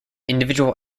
individual